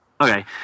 Okay